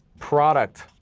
product